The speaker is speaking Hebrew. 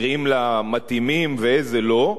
נראים לה מתאימים ואיזה לא,